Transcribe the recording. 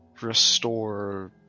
restore